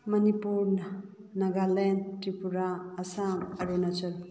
ꯃꯅꯤꯄꯨꯔꯅ ꯅꯥꯒꯥꯂꯦꯟ ꯇ꯭ꯔꯤꯄꯨꯔꯥ ꯑꯁꯥꯝ ꯑꯔꯨꯅꯥꯆꯜ